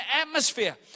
atmosphere